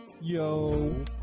yo